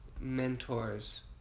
mentors